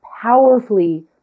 powerfully